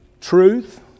truth